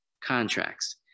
contracts